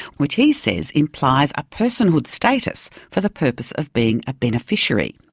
which he says implies a personhood status for the purpose of being a beneficiary.